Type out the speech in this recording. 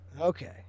Okay